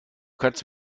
kannst